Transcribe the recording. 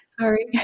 Sorry